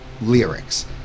lyrics